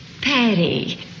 Patty